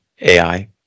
ai